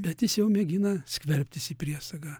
bet jis jau mėgina skverbtis į priesagą